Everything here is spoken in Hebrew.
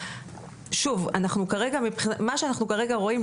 מה שאנחנו כרגע רואים,